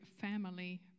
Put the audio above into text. family